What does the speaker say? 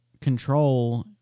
control